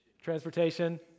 Transportation